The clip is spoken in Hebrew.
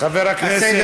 בבקשה, חבר הכנסת.